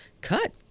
cut